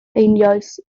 einioes